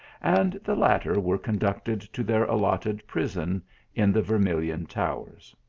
and the latter were conducted to their allotted prison in the vermilion towers.